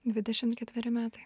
dvidešim ketveri metai